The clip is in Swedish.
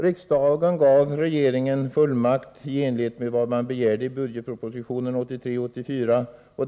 Riksdagen gav regeringen fullmakt i enlighet med vad man begärde i budgetpropositionen 1983/84.